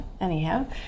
Anyhow